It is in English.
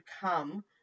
come